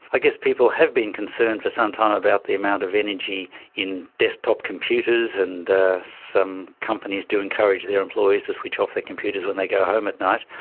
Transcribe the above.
i guess people have been concerned for some time about the amount of energy in desktop computers, and some companies do encourage their employees to switch off their computers when they go home at night.